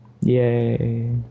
Yay